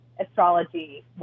Astrology